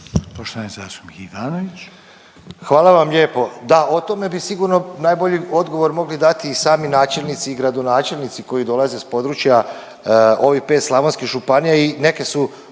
Goran (HDZ)** Hvala vam lijepo. Da o tome bi sigurno najbolji odgovor mogli dati i sami načelnici i gradonačelnici koji dolaze s područja ovih pet slavonskih županija i neke su